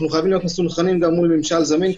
אנחנו חייבים להיות מסונכרנים גם מול ממשל זמין,